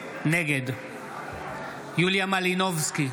נגד יוליה מלינובסקי,